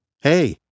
Hey